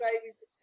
babies